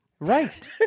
Right